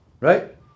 right